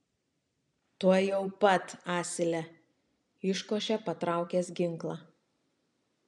tuojau pat asile iškošė patraukęs ginklą